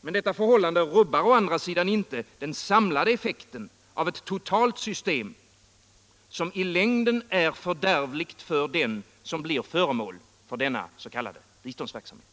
Men detta förhållande rubbar å andra sidan inte den samlade effekten av ett totalt system, som i längden är fördärvligt för den som blir föremål för denna s.k. biståndsverksamhet.